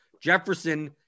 Jefferson